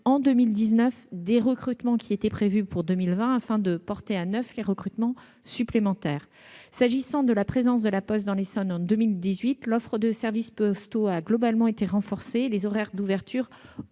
2019 des recrutements qui étaient prévus pour 2020, afin de porter à 9 les recrutements supplémentaires. S'agissant de la présence de La Poste dans l'Essonne, en 2018, l'offre de services postaux a globalement été renforcée et les horaires d'ouverture